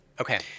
Okay